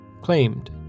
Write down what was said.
claimed